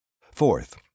Fourth